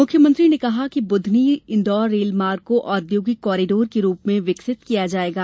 मुख्यमंत्री ने कहा है कि बूधनी इंदौर रेल मार्ग को औद्योगिक कॉरीडोर के रूप में विकसित किया जायेगा